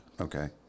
Okay